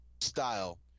style